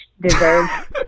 deserve